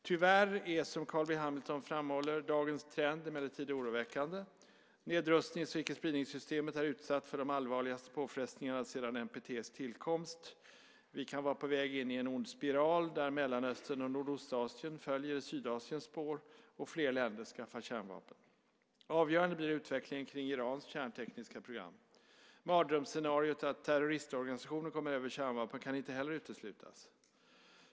Tyvärr är, som Carl B Hamilton framhåller, dagens trend emellertid oroväckande. Nedrustnings och icke-spridningssystemet är utsatt för de allvarligaste påfrestningarna sedan NPT:s tillkomst. Vi kan vara på väg in i en ond spiral, där Mellanöstern och Nordostasien följer i Sydasiens spår och fler länder skaffar kärnvapen. Avgörande blir utvecklingen kring Irans kärntekniska program. Mardrömsscenariot att terroristorganisationer kommer över kärnvapen kan inte heller uteslutas.